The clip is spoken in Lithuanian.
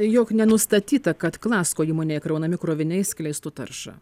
jog nenustatyta kad klasko įmonėje kraunami kroviniai skleistų taršą